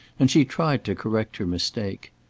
and she tried to correct her mistake.